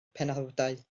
penawdau